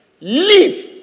leave